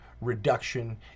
reduction